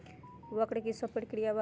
वक्र कि शव प्रकिया वा?